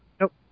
Nope